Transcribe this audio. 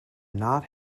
not